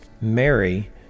Mary